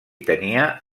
tenia